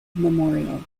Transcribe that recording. memorial